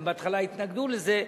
הם בהתחלה התנגדו לזה,